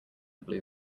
blue